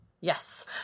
Yes